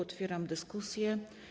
Otwieram dyskusję.